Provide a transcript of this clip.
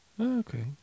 Okay